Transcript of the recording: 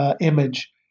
image